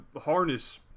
harness